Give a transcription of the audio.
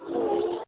ਹੂੰ